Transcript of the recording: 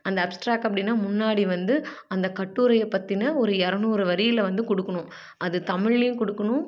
அந்த அப்ஸ்ட்ராக் அப்படின்னா முன்னாடி வந்து அந்த கட்டுரையை பற்றின ஒரு இரநூறு வரியில் வந்து கொடுக்கணும் அது தமிழ்லேயும் கொடுக்கணும்